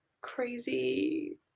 crazy